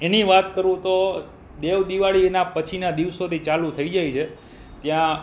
એની વાત કરું તો દેવ દિવાળીના પછીના દિવસોથી ચાલું થઈ જાય છે ત્યાં